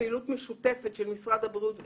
פעילות משותפת של משרד הבריאות ושלנו.